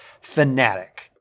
fanatic